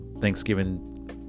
thanksgiving